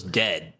dead